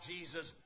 Jesus